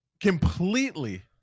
Completely